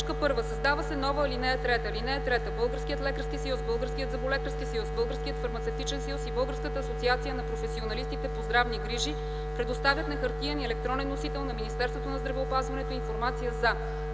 1. Създава се нова ал. 3: „(3) Българският лекарски съюз, Българският зъболекарски съюз, Българският фармацевтичен съюз и Българската асоциация на професионалистите по здравни грижи предоставят на хартиен и електронен носител на Министерството на здравеопазването информация за: